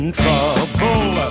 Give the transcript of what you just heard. trouble